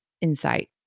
insight